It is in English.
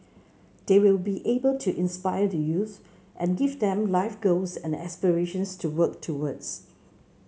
they will be able to inspire the youths and give them life goals and aspirations to work towards